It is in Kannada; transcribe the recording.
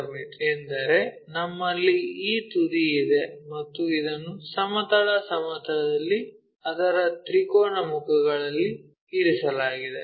ಪಿರಮಿಡ್ ಎಂದರೆ ನಮ್ಮಲ್ಲಿ ಈ ತುದಿ ಇದೆ ಮತ್ತು ಅದನ್ನು ಸಮತಲ ಸಮತಲದಲ್ಲಿ ಅದರ ತ್ರಿಕೋನ ಮುಖಗಳಲ್ಲಿ ಇರಿಸಲಾಗಿದೆ